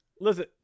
Listen